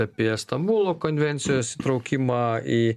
apie stambulo konvencijos įtraukimą į